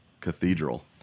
cathedral